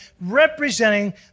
representing